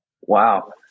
Wow